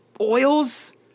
oils